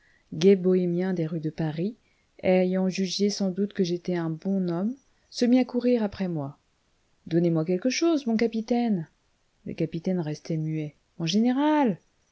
bohémien des rues de paris ayant jugé sans doute que j'étais un bon homme se mit à courir après moi donnez-moi quelque chose mon capitaine le capitaine restait muet mon général